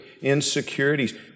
insecurities